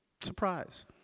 surprise